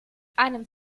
einem